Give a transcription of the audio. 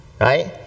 right